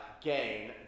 gain